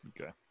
Okay